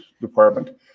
department